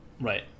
Right